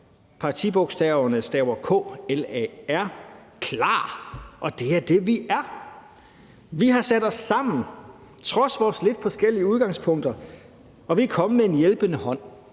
Partibogstaverne er K-L-A-R, klar, og det er det, vi er. Vi har sat os sammen på trods af lidt forskellige udgangspunkter, og vi er kommet med en hjælpende hånd.